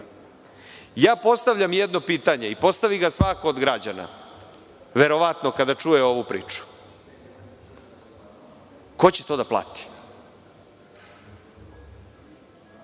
period. Postavljam jedno pitanje, i postavi ga svako od građana, verovatno kada čuje ovu priču. Ko će to da plati?